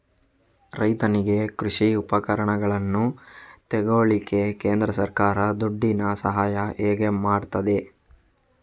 ರೈತನಿಗೆ ಕೃಷಿ ಉಪಕರಣಗಳನ್ನು ತೆಗೊಳ್ಳಿಕ್ಕೆ ಕೇಂದ್ರ ಸರ್ಕಾರ ದುಡ್ಡಿನ ಸಹಾಯ ಹೇಗೆ ಮಾಡ್ತದೆ?